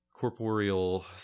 Corporeal